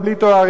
אבל בלי תארים,